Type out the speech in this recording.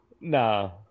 No